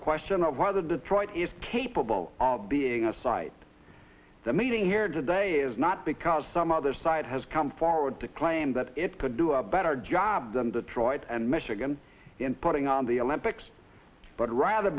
question of whether detroit is capable of being aside the meeting here today is not because some other side has come forward to claim that it could do a better job than detroit and michigan in putting on the olympics but rather